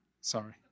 Sorry